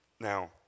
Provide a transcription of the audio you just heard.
Now